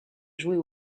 jouer